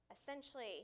essentially